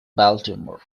baltimore